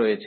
রয়েছে